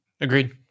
Agreed